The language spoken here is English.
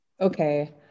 okay